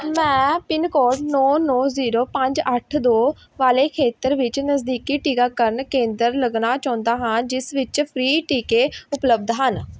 ਮੈਂ pin code ਨੌਂ ਨੌਂ ਜ਼ੀਰੋ ਪੰਜ ਅੱਠ ਦੋ ਵਾਲੇ ਖੇਤਰ ਵਿੱਚ ਨਜ਼ਦੀਕੀ ਟੀਕਾਕਰਨ ਕੇਂਦਰ ਲੱਭਣਾ ਚਾਹੁੰਦਾ ਹਾਂ ਜਿਸ ਵਿੱਚ ਫ੍ਰੀ ਟੀਕੇ ਉਪਲੱਬਧ ਹਨ